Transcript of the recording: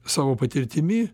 savo patirtimi